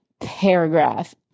paragraph